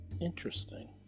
interesting